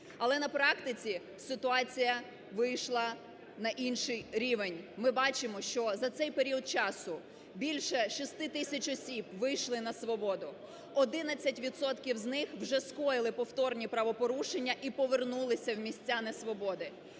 Але на практиці ситуація вийшла на інший рівень. Ми бачимо, що за цей період часу більше 6 тисяч осіб вийшли на свободу, 11 відсотків з них вже скоїли повторні правопорушення і повернулися в місця несвободи.